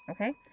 Okay